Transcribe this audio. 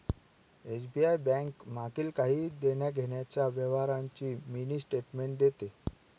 SBI bank मागील काही देण्याघेण्याच्या व्यवहारांची मिनी स्टेटमेंट देते